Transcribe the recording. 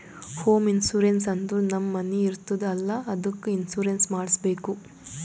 home insurance ಅಂದುರ್ ನಮ್ ಮನಿ ಇರ್ತುದ್ ಅಲ್ಲಾ ಅದ್ದುಕ್ ಇನ್ಸೂರೆನ್ಸ್ ಮಾಡುಸ್ಬೇಕ್